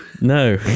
No